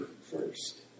first